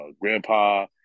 grandpa